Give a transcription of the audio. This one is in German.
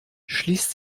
schließt